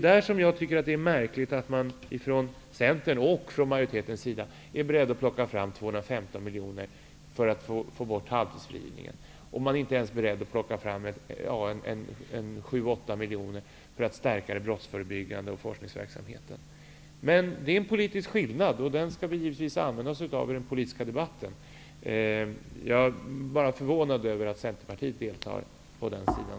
Det är märkligt att Centern, och majoriteten, är beredd att plocka fram 215 miljoner för att få bort halvtidsfrigivningen och inte är beredd att plocka fram ens 7--8 miljoner kronor för att stärka det brottsförebyggande arbetet och forskningsverksamheten. Det är en politisk skillnad, och den skall vi givetvis använda oss av i den politiska debatten. Jag är bara förvånad över att Centerpartiet deltar på den sidan.